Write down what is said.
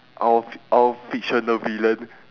our f~ our fictional villain